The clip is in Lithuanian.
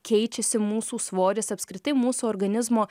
keičiasi mūsų svoris apskritai mūsų organizmo